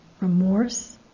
remorse